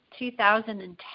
2010